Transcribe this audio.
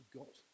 got